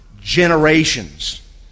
generations